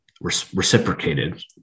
reciprocated